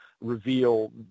reveal